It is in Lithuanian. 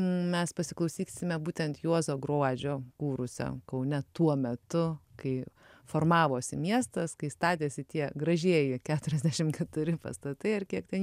mes pasiklausysime būtent juozo gruodžio kūrusio kaune tuo metu kai formavosi miestas kai statėsi tie gražieji keturiasdešim keturi pastatai ar kiek ten